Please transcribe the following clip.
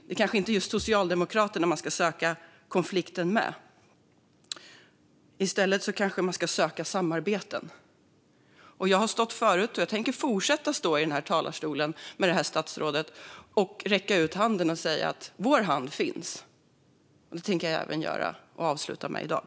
Det är kanske inte just konflikt utan samarbete man ska söka med Socialdemokraterna. Jag har gjort det i talarstolen förut och tänker fortsätta att stå här och räcka ut en hand till statsrådet och säga att vår hand finns. Det avslutar jag med att göra även i dag.